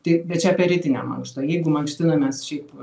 taip bet čia apie rytinę mankštą jeigu mankštinamės šiaip